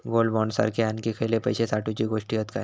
Gold bond सारखे आणखी खयले पैशे साठवूचे गोष्टी हत काय?